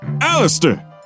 Alistair